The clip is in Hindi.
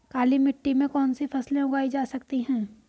काली मिट्टी में कौनसी फसलें उगाई जा सकती हैं?